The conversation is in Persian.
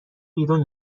بیرون